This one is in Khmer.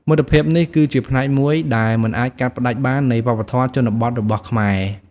មិត្តភាពនេះគឺជាផ្នែកមួយដែលមិនអាចកាត់ផ្តាច់បាននៃវប្បធម៌ជនបទរបស់ខ្មែរ។